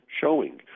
showing